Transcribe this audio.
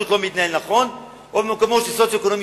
הרשות לא מתנהל נכון או במקומות שהמצב הסוציו-אקונומי